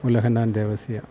Ulahannan Devasya